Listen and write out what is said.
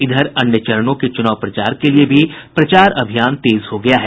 इधर अन्य चरणों के चुनाव के लिए भी प्रचार अभियान तेज हो गया है